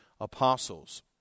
apostles